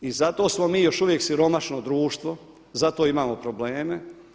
I zato smo mi još uvijek siromašno društvo, zato imamo probleme.